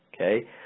okay